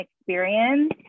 experience